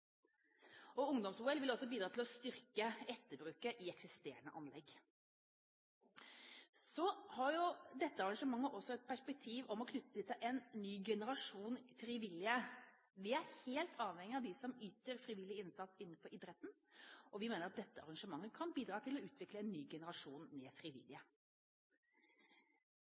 vil også bidra til å styrke etterbruken av eksisterende anlegg. Så har jo dette arrangementet også det perspektiv å knytte til seg en ny generasjon frivillige. Vi er helt avhengige av dem som yter frivillig innsats innenfor idretten, og vi mener at dette arrangementet kan bidra til å utvikle en ny generasjon av frivillige.